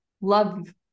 love